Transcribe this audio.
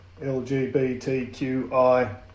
LGBTQI